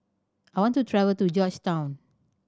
I want to travel to Georgetown